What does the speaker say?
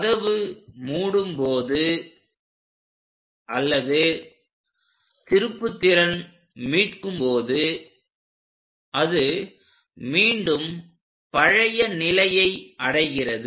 கதவு மூடும் போது அல்லது திருப்புத்திறன் மீட்கும் போது அது மீண்டும் பழைய நிலையை அடைகிறது